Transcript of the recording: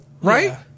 Right